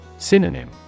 Synonym